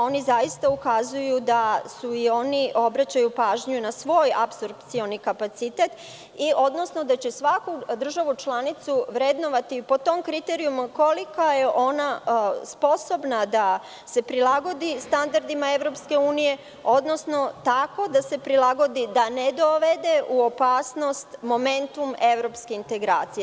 Oni zaista ukazuju da i oni obraćaju pažnju na svoj apsorbcioni kapacitet, odnosno da će svaku državu članicu vrednovati po tom kriterijumu, koliko je ona sposobna da se prilagodi standardima EU, odnosno tako da se prilagodi da ne dovede u opasnost momentum evropskih integracija.